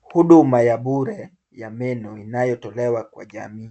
Huduma ya bure ya meno inayotolewa kwa jamii.